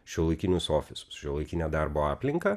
šiuolaikinius ofisus šiuolaikinę darbo aplinką